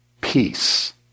Peace